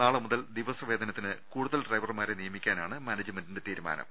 നാളെ മുതൽ ദിവസ വേത്നത്തിന് കൂടു തൽ ഡ്രൈവർമാരെ നിയമിക്കാനാണ് മാനേജ്മെന്റിന്റെ തീരുമാ നം